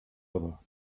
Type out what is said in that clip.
other